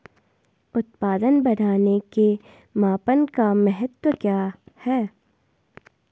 उत्पादन बढ़ाने के मापन का महत्व क्या है?